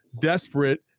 desperate